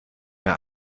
mehr